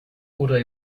oder